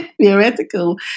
theoretical